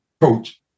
coach